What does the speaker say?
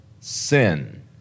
sin